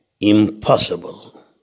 Impossible